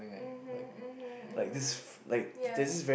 mmhmm mmhmm mmhmm yeah